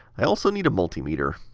i also need a multi meter.